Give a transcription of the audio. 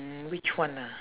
mm which one ah